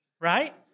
right